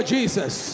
Jesus